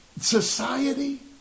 society